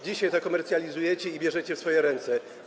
Dzisiaj to komercjalizujecie i bierzecie w swoje ręce.